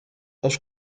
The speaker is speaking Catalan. els